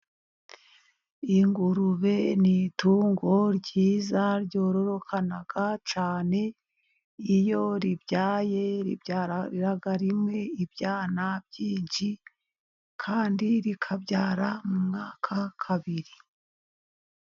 Ingurube ni itungo ryiza ryororokana cyane. Iyo ribyaye ribyarira rimwe ibyana byinshi, kandi rikabyara mu mwaka kabiri.